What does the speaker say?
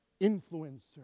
influencer